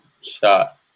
shot